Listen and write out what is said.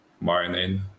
mining